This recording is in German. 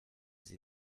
sie